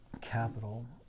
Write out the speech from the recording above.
capital